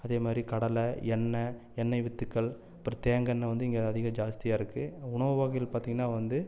அதே மாரி கடலை எண்ணெய் எண்ணெய் வித்துக்கள் அப்புறம் தேங்காய் எண்ணெய் வந்து இங்கே அதிக ஜாஸ்தியாக இருக்கு உணவு வகைகள் பார்த்திங்கன்னா வந்து